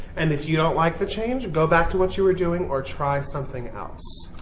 and if you don't like the change, go back to what you were doing or try something else.